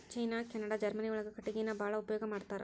ಚೇನಾ Canada Germany ಒಳಗ ಕಟಗಿನ ಬಾಳ ಉಪಯೋಗಾ ಮಾಡತಾರ